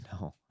No